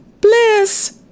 Bliss